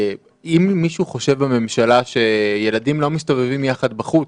אם מישהו חושב בממשלה שילדים לא מסתובבים יחד בחוץ,